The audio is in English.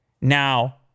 Now